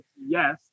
yes